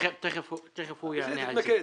תתמקד.